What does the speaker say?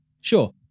sure